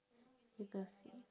you got